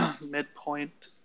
midpoint